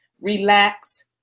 relax